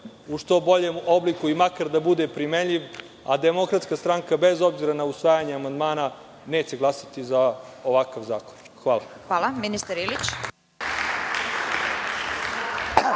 u što boljem obliku i makar da bude primenljiv. Demokratska stranka, bez obzira na usvajanje amandmana, neće glasati za ovakav zakon. Hvala. **Vesna